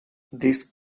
these